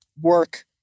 work